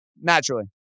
Naturally